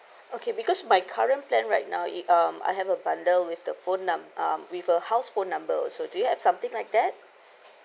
okay because my current plan right now it um I have a bundle with the phone num~ uh with a house phone number also do you have something like that